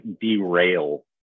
derail